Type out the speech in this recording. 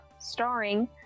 starring